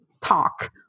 talk